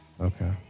Okay